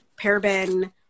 paraben